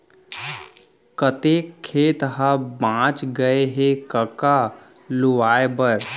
कतेक खेत ह बॉंच गय हे कका लुवाए बर?